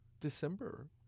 December